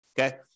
Okay